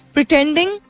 Pretending